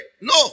No